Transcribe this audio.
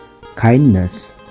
kindness